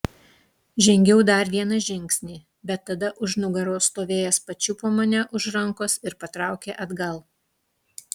žengiau dar vieną žingsnį bet tada už nugaros stovėjęs pačiupo mane už rankos ir patraukė atgal